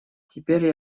теперь